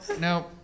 no